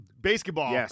Basketball